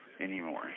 anymore